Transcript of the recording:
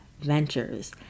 ventures